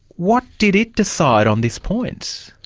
what did it decide on this point?